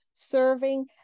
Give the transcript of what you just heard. serving